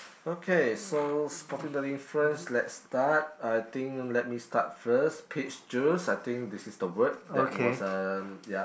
okay so spotting the difference let's start I think let me start first page I think this is the word that was uh yup